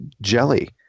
jelly